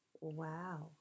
Wow